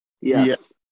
Yes